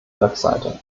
webseite